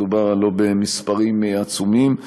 מדובר הלוא במספרים עצומים.